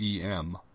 EM